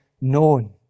known